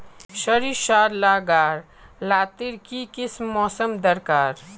सरिसार ला गार लात्तिर की किसम मौसम दरकार?